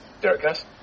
Derek